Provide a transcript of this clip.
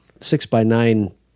six-by-nine